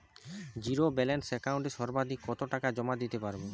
Zero balance একাউন্টে সর্বাধিক কত টাকা জমা দিতে পারব?